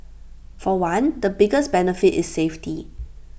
for one the biggest benefit is safety